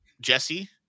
Jesse